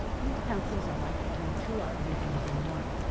these pencils are like having two art mediums in one.